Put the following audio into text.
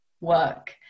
work